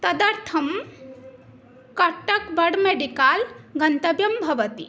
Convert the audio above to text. तदर्थं कट्टक्बड् मेडिकाल् गन्तव्यं भवति